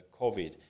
COVID